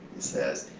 says,